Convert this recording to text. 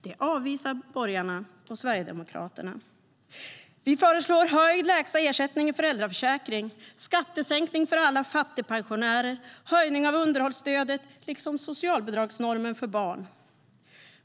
Det avvisar borgarna och Sverigedemokraterna.Vi föreslår höjd lägsta ersättning i föräldraförsäkringen, skattesänkning för alla fattigpensionärer och höjning av underhållsstödet liksom socialbidragsnormen för barn.